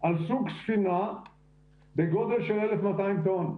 על סוג ספינה בגודל של 1,200 טון.